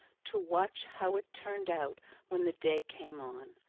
to watch how it turned out when the day came on.